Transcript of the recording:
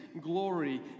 glory